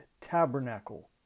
tabernacle